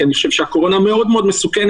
כי אני חושב שהקורונה מאוד מאוד מסוכנת